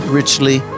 richly